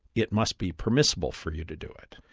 it must be permissible for you to do it,